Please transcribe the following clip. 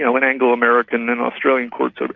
know, and anglo-american and australian courts. ah